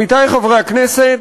עמיתי חברי הכנסת,